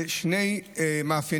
זה בשני מאפיינים: